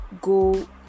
go